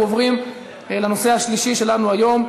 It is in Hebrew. אנחנו עוברים לנושא השלישי שלנו היום: